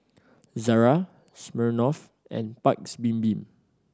Zara Smirnoff and Paik's Bibim